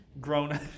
Grown